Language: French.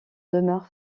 demeure